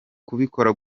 kubikora